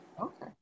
Okay